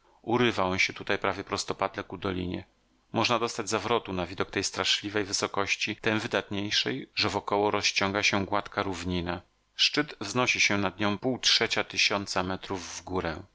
on się tutaj prawie prostopadle ku dolinie można dostać zawrotu na widok tej straszliwej wysokości tem wydatniejszej że wokoło rozciąga się gładka równina szczyt wznosi się nad nią półtrzecia tysiąca metrów w górę